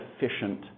efficient